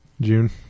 June